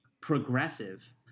progressive